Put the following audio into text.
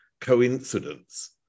coincidence